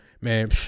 man